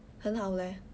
很好 leh